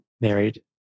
married